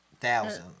Thousand